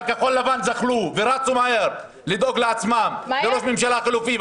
אבל כחול לבן זחלו ורצו מהר לדאוג לעצמם לראש ממשלה חליפי,